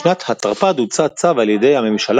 בשנת ה'תרפ"ד הוצא צו על ידי הממשלה